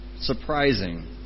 surprising